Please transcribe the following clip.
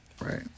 right